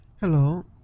hello